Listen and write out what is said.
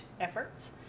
efforts